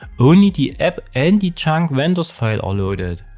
only the app and the chunk vendors file are loaded.